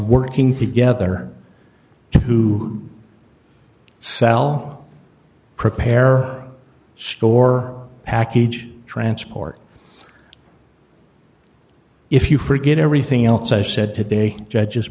working together to sell prepare store package transport if you forget everything else i've said today judges